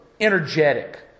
energetic